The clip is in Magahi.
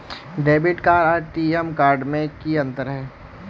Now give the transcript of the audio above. डेबिट कार्ड आर टी.एम कार्ड में की अंतर है?